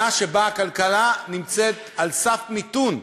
שנה שבה הכלכלה נמצאת על סף מיתון,